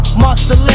muscle